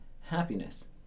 happiness